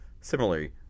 Similarly